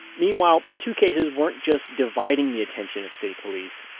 meanwhile the two cases weren't just dividing the attention of state police,